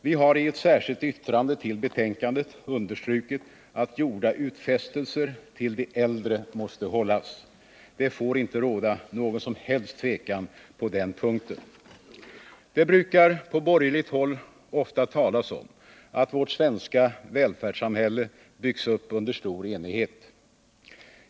Vi har i ett särskilt yttrande till betänkandet understrukit att gjorda utfästelser till de äldre måste hållas. Det får inte råda någon som helst tvekan på den punkten. Det brukar på borgerligt håll ofta talas om att vårt svenska välfärdssamhälle byggts upp under stor enighet.